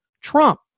Trump